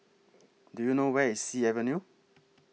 Do YOU know Where IS Sea Avenue